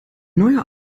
neuer